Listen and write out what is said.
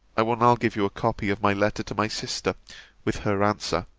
i will now give you a copy of my letter to my sister with her answer.